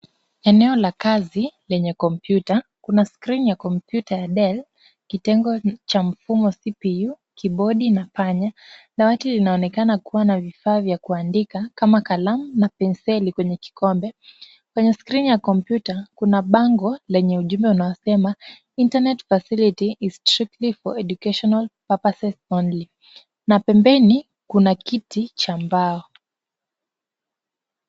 Eneo la kazi lenye kompyuta. Kuna skrini ya kompyuta ya Dell, kitengo cha mfumo CPU , kibodi na panya. Dawati linaonekana kuwa na vifaa vya kuandika kama kalamu na penseli kwenye kikombe. Kwenye skrini ya kompyuta kuna bango lenye ujumbe unaosema internet facility is strictly for educational purposes only na pembeni kuna kiti cha mbao.